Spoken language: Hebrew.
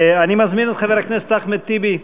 אני מזמין את חבר הכנסת אחמד טיבי.